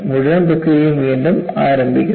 മുഴുവൻ പ്രക്രിയയും വീണ്ടും ആരംഭിക്കുന്നു